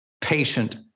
patient